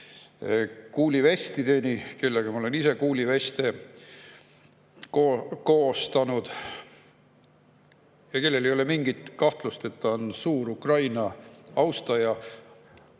kuulivestideni, ja kellega ma olen ise kuuliveste [kokku pannud]. Temal ei ole mingit kahtlust, et ta on suur Ukraina austaja.